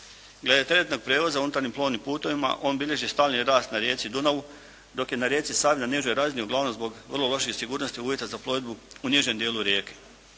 Glede teretnog prijevoza u unutarnjim plovnim putovima on bilježi stalni rast na rijeci Dunavu dok je na rijeci Savi na nižoj razini uglavnom zbog vrlo loših sigurnosnih uvjeta za plovidbu u nižem dijelu rijeke.